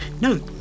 No